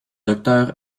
docteur